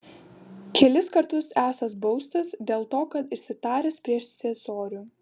kelis kartus esąs baustas dėl to kad išsitaręs prieš ciesorių